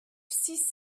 six